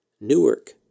Newark